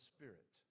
Spirit